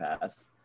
pass